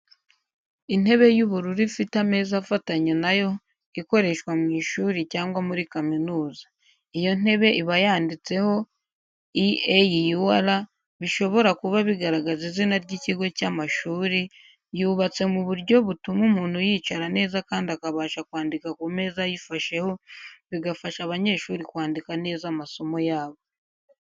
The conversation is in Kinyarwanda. Intebe y'ubururu ifite ameza afatanye nayo, ikoreshwa mu ishuri cyangwa muri kaminuza. Iyo ntebe iba yanditseho "EAUR" bishobora kuba bigaragaza izina ry'ikigo cy'amashuri, yubatse mu buryo bituma umuntu yicara nezakandi akabasha kwandika ku meza ayifasheho, bigafasha abanyeshuri kwandika neza amasomo yabo.